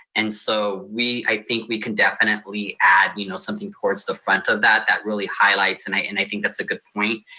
and so we, i think we can definitely add you know something towards the front of that that really highlights. and i and i think that's a good point.